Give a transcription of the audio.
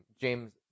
James